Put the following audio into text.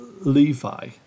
Levi